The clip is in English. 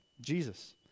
jesus